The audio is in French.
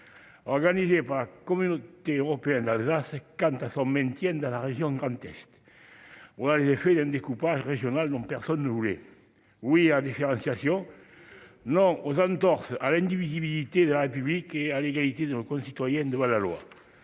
organisée par la Communauté européenne d'Alsace portant sur la question de son maintien au sein de la région Grand Est. Voilà les effets d'un découpage régional dont personne ne voulait. C'est sûr ! Oui à la différenciation, non aux entorses à l'indivisibilité de la République et à l'égalité de nos concitoyens devant la loi